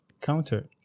counter